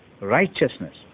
righteousness